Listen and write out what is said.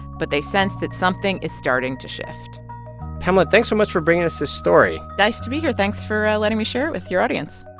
but they sense that something is starting to shift pamela, thanks so much for bringing us this story nice to be here. thanks for letting me share it with your audience